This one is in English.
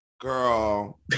Girl